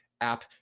app